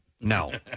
No